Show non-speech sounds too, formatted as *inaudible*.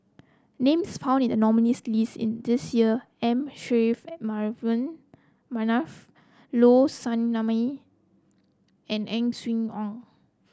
names found in the nominees' list in this year M Saffri *unintelligible* Manaf Low Sanmay and Ang Swee Aun